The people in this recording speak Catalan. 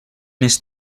més